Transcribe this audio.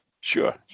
Sure